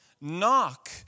Knock